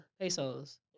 Pesos